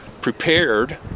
prepared